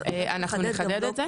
אנחנו נחדד את זה.